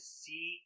see